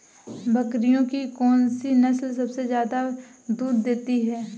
बकरियों की कौन सी नस्ल सबसे ज्यादा दूध देती है?